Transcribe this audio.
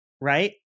right